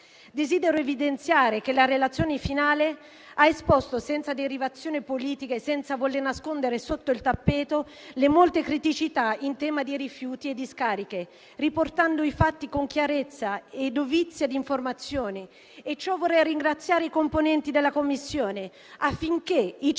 Desidero evidenziare che la relazione finale ha esposto, senza derivazione politica e senza voler nascondere sotto il tappeto, le molte criticità in tema di rifiuti e discariche, riportando i fatti con chiarezza e dovizia di informazioni - per questo vorrei ringraziare i componenti della Commissione - affinché i cittadini,